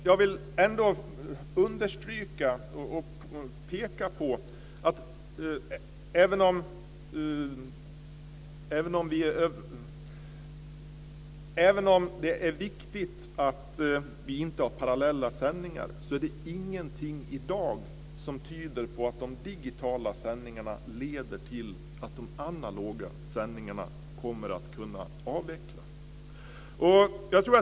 Jag vill ändå understryka och peka på att även om det är viktigt att vi inte har parallella sändningar, är det ingenting i dag som tyder på att de digitala sändningarna leder till att de analoga sändningarna kommer att kunna avvecklas.